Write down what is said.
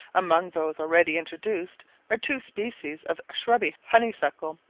among those already introduced are two species of shrubby honeysuckle,